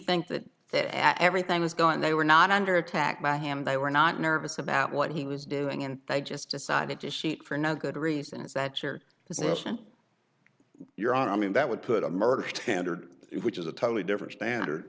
think that that everything was going they were not under attack by him they were not nervous about what he was doing and they just decided to shoot for no good reason is that your position you're i mean that would put a murder tendered which is a totally different standard